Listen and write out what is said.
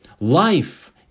Life